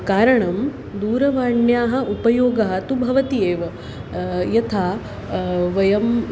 कारणं दूरवाण्याः उपयोगः तु भवति एव यथा वयं